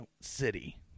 City